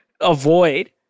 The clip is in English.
avoid